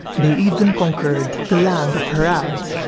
they even conquered the land of harad,